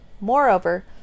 Moreover